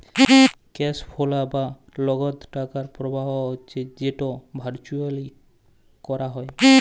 cash flow বা লগদ টাকার পরবাহ হচ্যে যেট ভারচুয়ালি ক্যরা হ্যয়